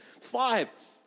five